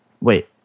wait